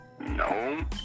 No